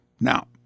Now